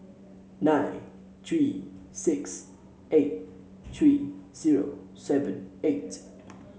nine three six eight three zero seven eight